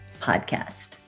podcast